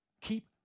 keep